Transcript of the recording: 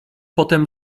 potem